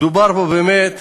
דובר פה באמת